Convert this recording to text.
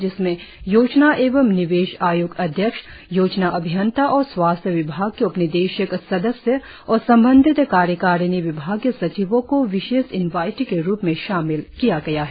जिसमें योजना एवं निवेश आय्क्त अध्यक्ष योजना अभियंता और स्वास्थ्य विभाग के उपनिदेशक सदस्य और संबंधित कार्यकारिणी विभागीय सचिवों को विशेष निमंत्रण के रुप में शामिल होंगे